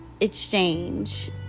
exchange